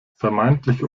vermeintliche